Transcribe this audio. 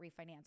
refinance